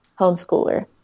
homeschooler